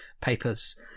papers